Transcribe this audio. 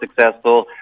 successful